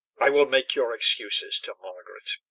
i will make your excuses to margaret.